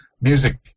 Music